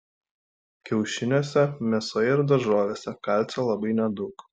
kiaušiniuose mėsoje ir daržovėse kalcio labai nedaug